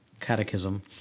Catechism